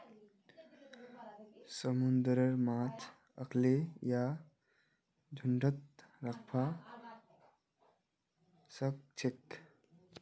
समुंदरेर माछ अखल्लै या झुंडत रहबा सखछेक